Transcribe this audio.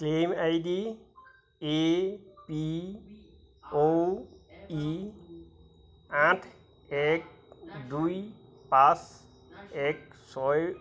claim I D A P O E আঠ এক দুই পাঁচ এক ছয়ৰ